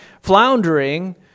floundering